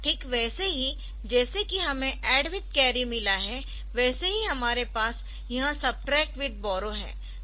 ठीक वैसे ही जैसे कि हमें ADD विथ कैरी मिला हैवैसे ही हमारे पास यह सब्ट्रैक्ट विथ बॉरो है